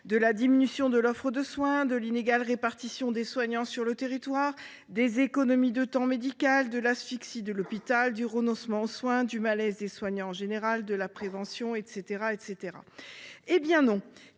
: diminution de l’offre de soin, inégale répartition des soignants sur le territoire, économies de temps médical, asphyxie de l’hôpital, renoncement aux soins, malaise des soignants en général, prévention, etc. Tel n’est